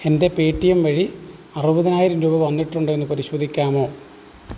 എൻ്റെ പേടിഎം വഴി അറുപതിനായിരം രൂപ വന്നിട്ടുണ്ടോ എന്ന് പരിശോധിക്കാമോ